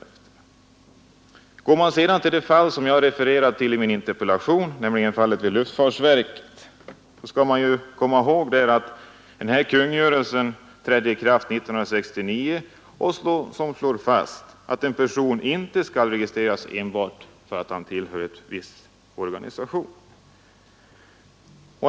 I fråga om fallet vid luftfartsverket, som jag hänvisade till i min interpellation, skall man komma ihåg att i den kungörelse som trädde i kraft 1969 slås fast att en person inte skall registreras enbart för att han tillhör en viss politisk organisation.